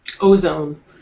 Ozone